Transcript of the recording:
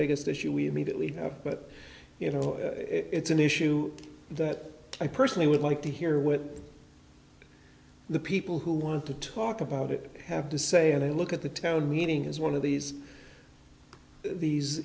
biggest issue we immediately have but you know it's an issue that i personally would like to hear what the people who want to talk about it have to say and i look at the town meeting as one of these these